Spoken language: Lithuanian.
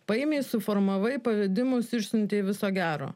paėmei suformavai pavedimus išsiuntei viso gero